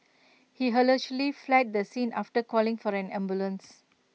he allegedly fled the scene after calling for the ambulance